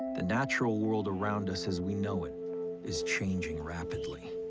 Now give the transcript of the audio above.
the natural world around us as we know it is changing rapidly.